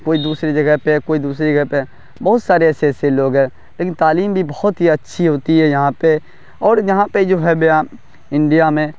کوئی دوسری جگہ پہ کوئی دوسری جگہ پہ بہت سارے ایسے ایسے لوگ ہے لیکن تعلیم بھی بہت ہی اچھی ہوتی ہے یہاں پہ اور یہاں پہ جو ہے بیاں انڈیا میں